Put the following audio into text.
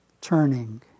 turning